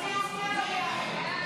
הסתייגות 22 לא נתקבלה.